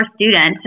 student